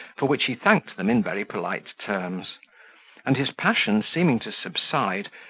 for which he thanked them in very polite terms and his passion seeming to subside,